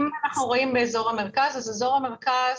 אם אנחנו מסתכלים על אזור המרכז,